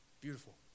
Beautiful